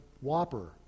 Whopper